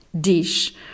dish